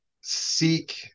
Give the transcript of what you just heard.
seek